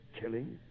killing